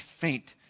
faint